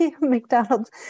McDonald's